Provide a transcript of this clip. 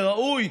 זה ראוי,